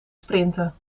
sprinten